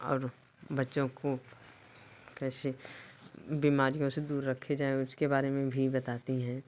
और बच्चों को कैसे बीमारियों से दूर रखे जाएँ उसके बारे में भी बताती हैं